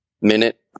minute